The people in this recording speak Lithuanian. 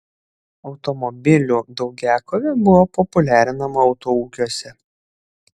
automobilių daugiakovė buvo populiarinama autoūkiuose